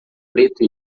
preto